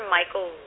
Michael